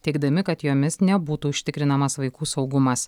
teigdami kad jomis nebūtų užtikrinamas vaikų saugumas